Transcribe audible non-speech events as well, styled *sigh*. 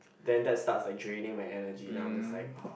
then that starts like draining my energy then I'm just like *noise*